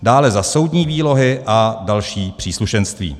Dále za soudní výlohy a další příslušenství.